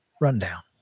Rundown